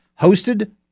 hosted